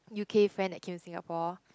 u_k friend that came Singapore